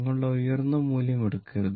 നിങ്ങളുടെ ഉയർന്ന മൂല്യം എടുക്കരുത്